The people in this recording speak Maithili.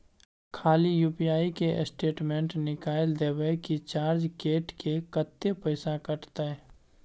खाली यु.पी.आई के स्टेटमेंट निकाइल देबे की चार्ज कैट के, कत्ते पैसा कटते?